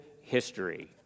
history